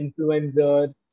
influencer